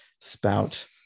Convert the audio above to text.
spout